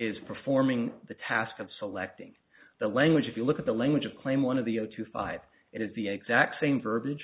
is performing the task of selecting the language if you look at the language of claim one of the zero two five it is the exact same verbiage